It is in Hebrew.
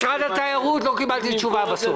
משרד התיירות, לא קיבלתי תשובה בסוף.